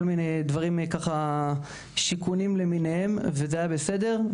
שיכונים וזה היה בסדר,